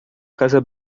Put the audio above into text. casa